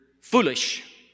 foolish